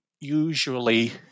usually